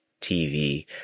tv